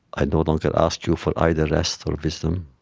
i no longer ask you for either rest or wisdom,